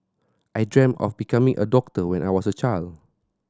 I dreamt of becoming a doctor when I was a child